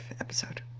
episode